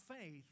faith